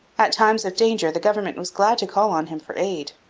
at times of danger the government was glad to call on him for aid.